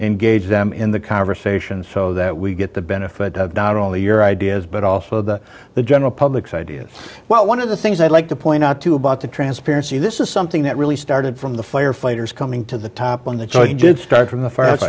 engage them in the conversation so that we get the benefit of not only your ideas but also about the general public's ideas well one of the things i'd like to point out too about the transparency this is something that really started from the firefighters coming to the top on the joint did start from